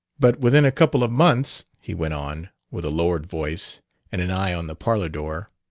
but within a couple of months, he went on, with a lowered voice and an eye on the parlor door,